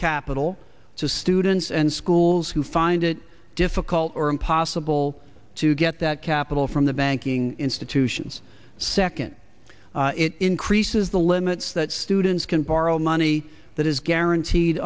capital to students and schools who find it difficult or impossible to get that capital from the banking institutions second it increases the limits that students can borrow money that is guaranteed